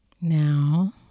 Now